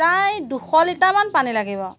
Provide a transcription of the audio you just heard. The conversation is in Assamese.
প্ৰায় দুশ লিটাৰমান পানী লাগিব